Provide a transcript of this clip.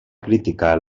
criticar